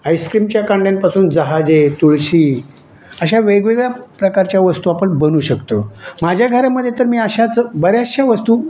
आईस्क्रीमच्या कांड्यांपासून जहाजे तुळशी अशा वेगवेगळ्या प्रकारच्या वस्तू आपण बनवू शकतो माझ्या घरामध्ये तर मी अशाच बऱ्याचशा वस्तू